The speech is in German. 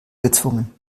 gezwungen